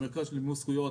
המרכז למימוש זכויות